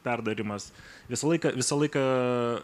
perdarymas visą laiką visą laiką